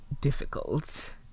difficult